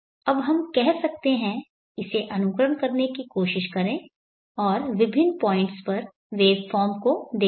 अब हम कह सकते हैं इसे अनुकरण करने की कोशिश करें और विभिन्न पॉइंट्स पर वेवफॉर्म्स को देखें